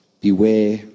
beware